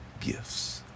gifts